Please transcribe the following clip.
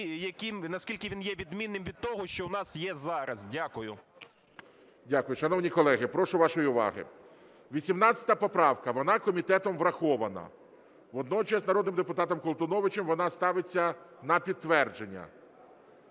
наскільки він є відмінним від того, що в нас є зараз. Дякую. ГОЛОВУЮЧИЙ. Дякую. Шановні колеги, прошу вашої уваги. 18 поправка, вона комітетом врахована. Водночас народним депутатом Колтуновичем вона ставиться на підтвердження.